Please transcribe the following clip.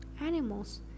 animals